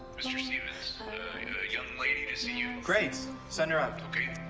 mr. stevens, a a young lady to see you. great. send her up. okay.